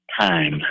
time